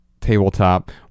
tabletop